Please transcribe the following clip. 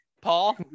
Paul